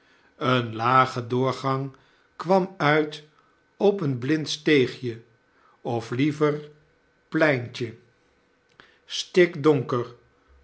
een lage doorgang kwam uit op een blind steegje of liever pleintje